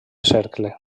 cercle